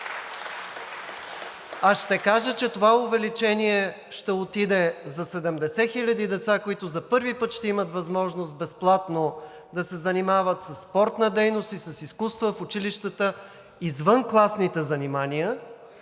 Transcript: А ще кажа, че това увеличение ще отиде за 70 хиляди деца, които за първи път ще имат възможност безплатно да се занимават със спортна дейност и с изкуства в училищата извън класните занимания